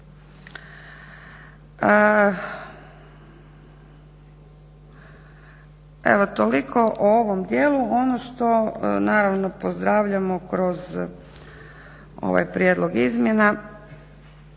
Evo toliko o ovom dijelu. Ono što naravno pozdravljamo kroz ovaj prijedlog izmjena